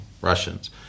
Russians